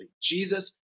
Jesus